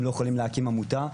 הם לא יכולים להקים עמותה,